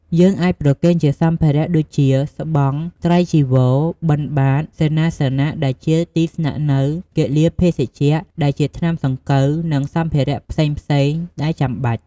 យើងអាចប្រគេនជាសម្ភារៈដូចជា ស្បង់ ត្រៃចីវរ បិណ្ឌបាត សេនាសនៈ ដែលជា ទីស្នាក់នៅ គិលានភេសជ្ជៈ ដែលជា ថ្នាំសង្កូវ និងសម្ភារៈផ្សេងៗដែលចាំបាច់។